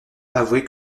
avouer